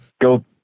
Go